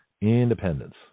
Independence